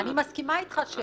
אני מסכימה אתך -- ענת,